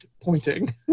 pointing